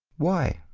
why?